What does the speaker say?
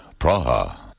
Praha